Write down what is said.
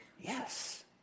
Yes